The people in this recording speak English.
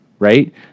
right